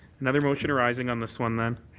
another motion arising on this one, then.